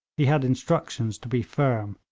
he had instructions to be firm,